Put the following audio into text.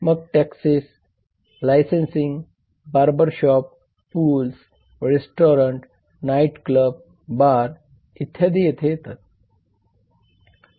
मग taxes licensing barber shop pools restaurants night club bar इत्यादी आहेत